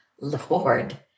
Lord